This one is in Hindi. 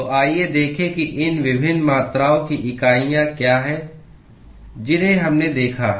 तो आइए देखें कि इन विभिन्न मात्राओं की इकाइयाँ क्या हैं जिन्हें हमने देखा है